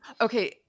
Okay